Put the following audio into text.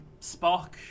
Spock